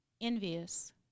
envious